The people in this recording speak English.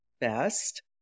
best